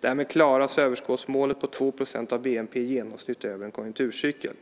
Därmed klaras överskottsmålet på 2 % av bnp i genomsnitt över en konjunkturcykel.